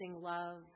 love